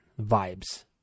vibes